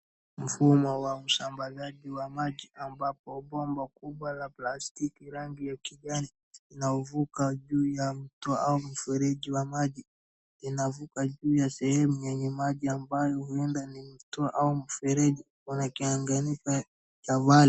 Mfumo wa usambazaji wa maji ambapo bomba kubwa la plastiki rangi ya kijani linalovuka juu ya mto au mfereji wa maji unavuka juu ya sehemu yenye maji ambayo huenda ni mto au mfereji una changanyika chavali.